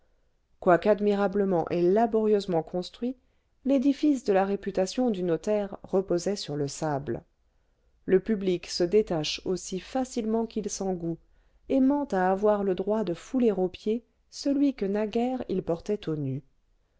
quoique admirablement et laborieusement construit l'édifice de la réputation du notaire reposait sur le sable le public se détache aussi facilement qu'il s'engoue aimant à avoir le droit de fouler aux pieds celui que naguère il portait aux nues